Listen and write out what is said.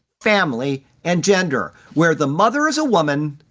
family, and gender, where the mother is a woman,